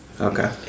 Okay